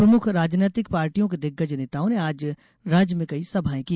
प्रमुख राजनैतिक पार्टियों के दिग्गज नेताओं ने आज राज्य में कई सभाएं की